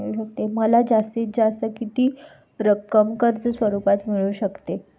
मला जास्तीत जास्त किती रक्कम कर्ज स्वरूपात मिळू शकते?